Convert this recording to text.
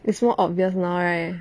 it's more obvious now right